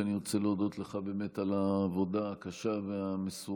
אני רוצה להודות לך באמת על העבודה הקשה והמסורה,